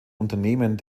unternehmen